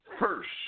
first